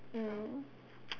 mm